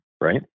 right